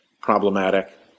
problematic